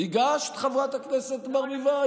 הגשת, חברת הכנסת ברביבאי?